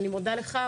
אני מודה לך.